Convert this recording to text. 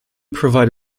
provide